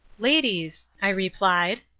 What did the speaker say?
ladies, i replied,